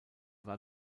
war